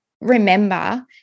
remember